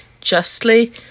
justly